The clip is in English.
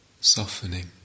softening